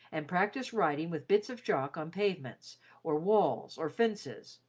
and practiced writing with bits of chalk on pavements or walls or fences.